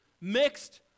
mixed